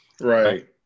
right